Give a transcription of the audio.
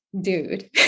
dude